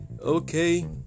Okay